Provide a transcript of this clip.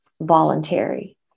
voluntary